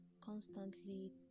constantly